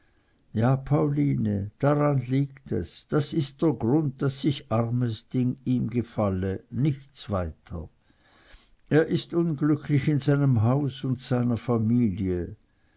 ja pauline daran liegt es das ist der grund daß ich armes ding ihm gefalle nichts weiter er ist unglücklich in seinem haus und seiner familie